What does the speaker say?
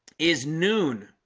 is noon